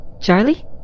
Charlie